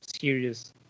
serious